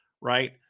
Right